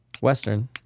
western